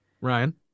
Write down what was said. Ryan